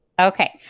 Okay